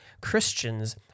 christians